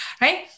Right